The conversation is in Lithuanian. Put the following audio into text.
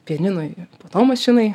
pianinui po to mašinai